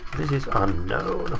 this is unknown.